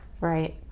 Right